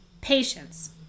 patience